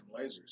Lasers